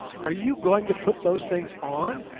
are you going to put those things on